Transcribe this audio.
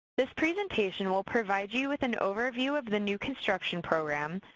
this presentation will provide you with an overview of the new construction program,